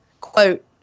quote